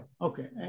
Okay